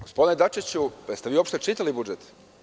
Gospodine Dačiću, jeste li vi uopšte čitali budžet?